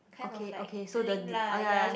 okay okay so the de~ orh ya